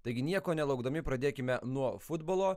taigi nieko nelaukdami pradėkime nuo futbolo